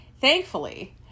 thankfully